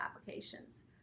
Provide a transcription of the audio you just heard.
applications